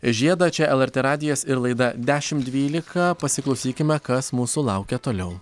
žiedą čia lrt radijas ir laida dešim dvylika pasiklausykime kas mūsų laukia toliau